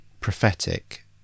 prophetic